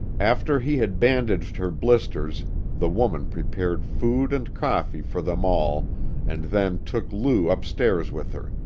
after he had bandaged her blisters the woman prepared food and coffee for them all and then took lou upstairs with her,